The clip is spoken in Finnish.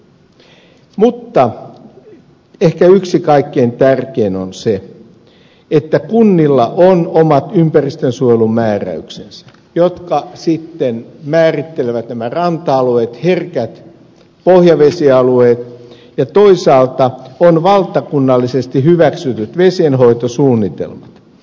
mutta ehkä yksi kaikkein tärkein asia on se että kunnilla on omat ympäristönsuojelumääräyksensä jotka sitten määrittelevät nämä ranta alueet herkät pohjavesialueet ja toisaalta on valtakunnallisesti hyväksytyt vesienhoitosuunnitelmat